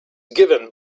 given